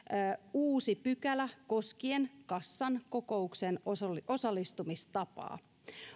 uusi pykälä koskien kassan kokouksen osallistumistapaa